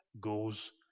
goes